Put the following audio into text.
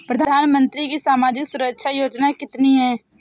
प्रधानमंत्री की सामाजिक सुरक्षा योजनाएँ कितनी हैं?